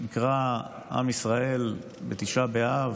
יקרא עם ישראל בתשעה באב,